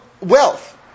wealth